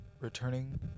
Returning